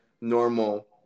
normal